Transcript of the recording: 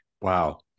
Wow